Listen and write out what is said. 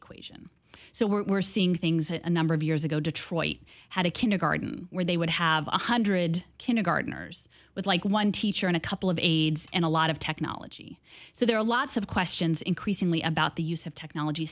equation so we're seeing things that a number of years ago detroit had a kindergarten where they would have one hundred kindergartners with like one teacher and a couple of aides and a lot of technology so there are lots of questions increasingly about the use of technology